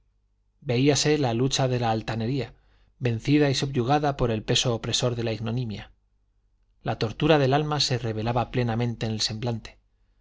rodease veíase la lucha de la altanería vencida y subyugada por el peso opresor de la ignominia la tortura del alma se revelaba plenamente en el semblante